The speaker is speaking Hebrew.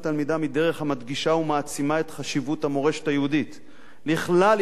היא דרך המדגישה ומעצימה את המורשת היהודית לכלל ישראל,